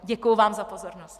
Děkuji vám za pozornost.